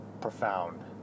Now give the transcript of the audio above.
profound